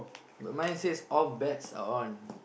but mine says all bets are on